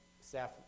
staff